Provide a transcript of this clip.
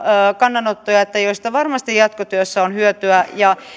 kannanottoja joista varmasti jatkotyössä on hyötyä